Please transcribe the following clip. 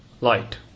light